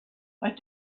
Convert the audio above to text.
what